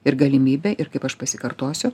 ir galimybė ir kaip aš pasikartosiu